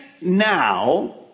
now